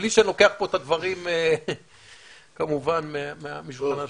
בלי שאני לוקח פה את הדברים כמובן מ- -- טוב.